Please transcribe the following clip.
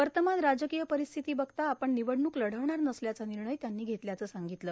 वर्तमान राजकीय परिस्थिती बघता आपण निवडणूक लढवणार नसल्याचा निर्णय घेतल्याचं त्यांनी सांगितलं